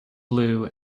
blue